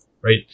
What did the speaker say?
right